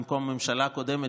במקום הממשלה הקודמת,